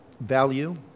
Value